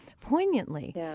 poignantly